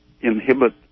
inhibit